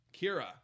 Kira